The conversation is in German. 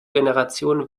generation